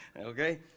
Okay